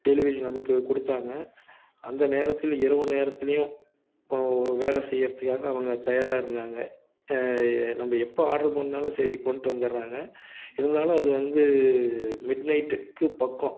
delivery நமக்கு கொடுத்தாங்க அந்த நேரத்தில் இரவு நேரத்துலேயும் வேலை செய்கிறத்துக்காக அவங்க தயாராக இருந்தாங்க நம்ம எப்போ ஆர்டர் பண்ணாலும் சரி கொண்டு வந்தடுறாங்க இருந்தாலும் அது வந்து மிட்நைட்டுக்கு பக்கம்